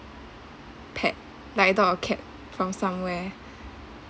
pet like a dog or cat from somewhere